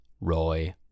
Roy